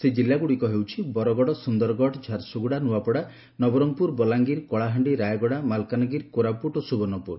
ସେହି ଜିଲ୍ଲାଗୁଡ଼ିକ ହେଉଛି ବରଗଡ଼ ସୁନ୍ଦରଗଡ଼ ଝାରସୁଗୁଡ଼ା ନୂଆପଡ଼ା ନବରଙ୍ଗପୁର ବଲାଙ୍ଗିର କଳାହାଣ୍ଡି ରାୟଗଡ଼ା ମାଲକାନଗିରି କୋରାପୁଟ ଓ ସୁବର୍ଷପୁର